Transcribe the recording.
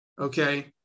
okay